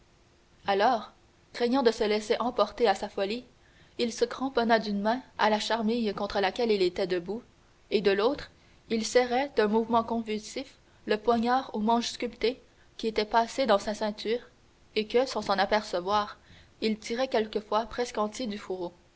alors craignant de se laisser emporter à sa folie il se cramponnait d'une main à la charmille contre laquelle il était debout et de l'autre il serrait d'un mouvement convulsif le poignard au manche sculpté qui était passé dans sa ceinture et que sans s'en apercevoir il tirait quelquefois presque entier du fourreau